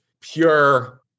pure